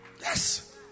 Yes